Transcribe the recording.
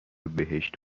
بهشت